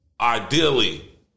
ideally